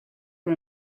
for